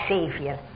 Savior